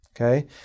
okay